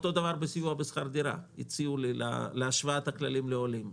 אותו דבר בסיוע בשכר דירה הציעו לי השוואת כללים לעולים.